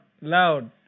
Loud